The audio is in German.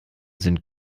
sind